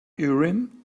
urim